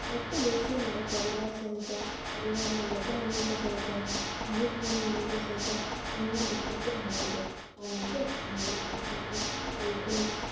ମୋତେ ବେଶୀ ମୋର ପରିବାର ସହିତ ପରିବାରର ଲୋକମାନଙ୍କ ସହିତ ଭାଇ ଭଉଣୀମାନାନଙ୍କ ସହିତ ସିନେମା ଦେଖିବାକୁ ଭଲ ଲାଗେ ଓ ମୋତେ ସିନେମା ଦେଖିବାକୁ କୋଲ୍ଡ଼ ଡ୍ରିଙ୍କସ